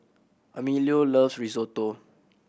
Emilio loves Risotto